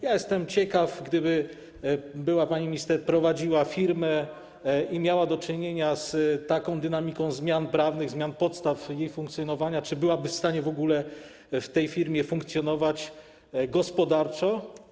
Ja jestem ciekaw, czy gdyby była pani minister prowadziła firmę i miała do czynienia z taką dynamiką zmian prawnych, zmian podstaw jej funkcjonowania, to byłaby w stanie w ogóle w tej firmie funkcjonować gospodarczo.